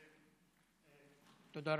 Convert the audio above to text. תודה רבה.